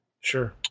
Sure